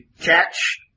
catch